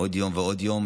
עוד יום ועוד יום,